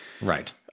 right